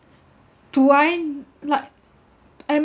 do I like